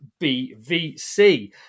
BVC